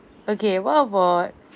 okay what about